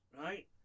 Right